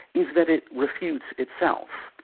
is that it refutes itself.